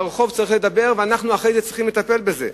הרחוב צריך לדבר, ואחרי זה אנחנו צריכים לטפל בזה.